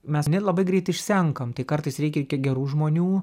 mes labai greit išsenkam tai kartais reikia ge gerų žmonių